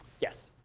yes.